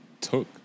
took